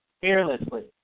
fearlessly